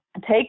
take